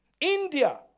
India